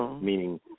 meaning